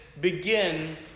begin